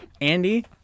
andy